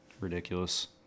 ridiculous